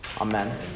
Amen